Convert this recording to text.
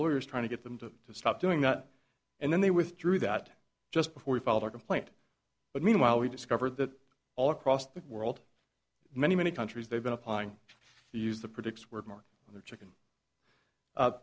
lawyers trying to get them to stop doing that and then they withdrew that just before we filed a complaint but meanwhile we discovered that all across the world many many countries they've been applying to use the predicts word mark their chicken